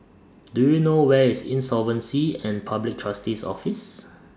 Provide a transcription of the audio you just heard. Do YOU know Where IS Insolvency and Public Trustee's Office